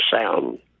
sound